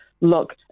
Look